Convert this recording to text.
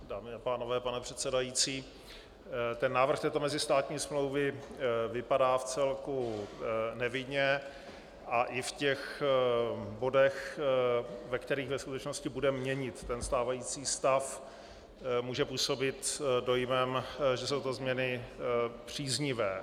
Dámy a pánové, pane předsedající, návrh této mezistátní smlouvy vypadá vcelku nevinně a i v těch bodech, ve kterých ve skutečnosti bude měnit stávající stav, může působit dojmem, že jsou to změny příznivé.